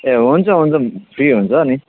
ए हुन्छ हुन्छ फ्री हुन्छ नि